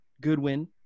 Goodwin